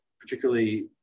particularly